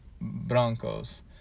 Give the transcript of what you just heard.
Broncos